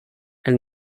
elle